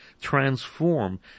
transform